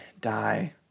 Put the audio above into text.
die